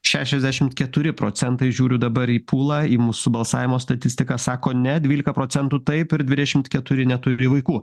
šešiasdešimt keturi procentai žiūriu dabar į pūlą į mūsų balsavimo statistiką sako net dvylia procentų taip ir dvidešimt keturi neturi vaikų